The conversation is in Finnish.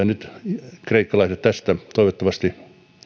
nyt kreikkalaiset tästä toivottavasti